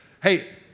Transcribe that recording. Hey